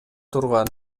турган